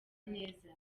neza